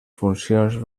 funcions